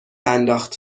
انداخت